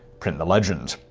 print the legend.